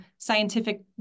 scientific